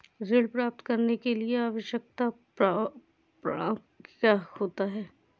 ऋण प्राप्त करने के लिए आवश्यक प्रमाण क्या क्या हैं?